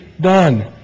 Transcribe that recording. done